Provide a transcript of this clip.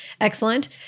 excellent